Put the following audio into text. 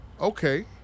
Okay